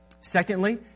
Secondly